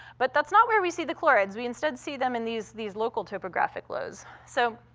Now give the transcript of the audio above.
but that's not where we see the chlorides. we instead see them in these these local topographic lows. so